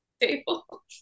table